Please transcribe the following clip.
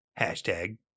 hashtag